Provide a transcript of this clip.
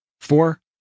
Four